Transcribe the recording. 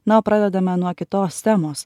nu pradedame nuo kitos temos